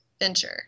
Venture